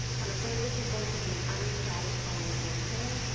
i'm afraid this is going to be an unsatisfying answer,